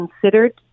considered